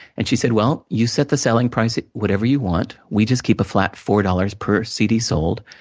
and, she said, well, you set the selling price at whatever you want. we just keep a flat four dollars per cd sold,